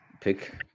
Pick